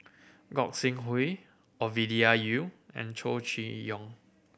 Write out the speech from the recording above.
Gog Sing Hooi Ovidia Yu and Chow Chee Yong